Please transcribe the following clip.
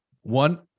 One